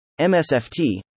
MSFT